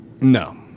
No